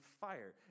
fire